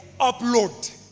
upload